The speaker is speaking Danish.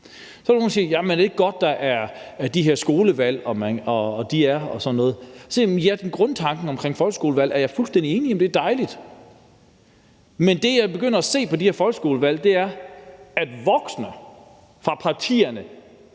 sådan noget? Jo, grundtanken omkring skolevalg er jeg fuldstændig enig i – det er dejligt – men det, jeg begynder at se ved de her skolevalg, er, at voksne fra partierne